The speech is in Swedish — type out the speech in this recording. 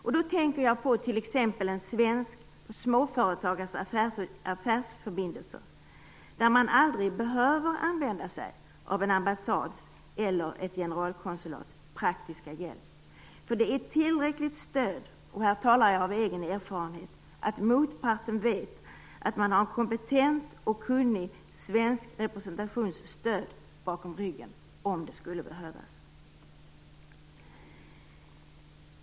Jag tänker på t.ex. en svensk småföretagares affärsförbindelser, där man aldrig behöver använda sig av en ambassads eller ett generalkonsulats praktiska hjälp. Det är nämligen tillräckligt stöd - och här talar jag av egen erfarenhet - att motparten vet att man har en kompetent och kunnig svensk representations stöd bakom ryggen om det skulle behövas.